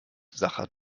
sacher